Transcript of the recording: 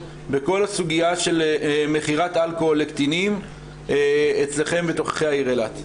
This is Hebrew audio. בכל הסוגיה של מכירת אלכוהול לקטינים אצלכם בתוככי העיר אילת?